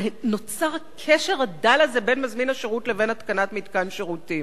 ונוצר הקשר הדל הזה בין מזמין השירות לבין התקנת מתקן שירותים.